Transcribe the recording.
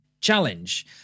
challenge